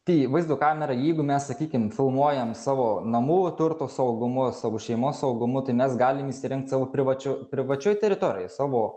tai vaizdo kamera jeigu mes sakykim filmuojam savo namų turto saugumu savo šeimos saugumu tai mes galim įsirengt savo privačio privačioj teritorijoj savo